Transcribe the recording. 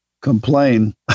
complain